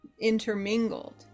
intermingled